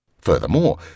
Furthermore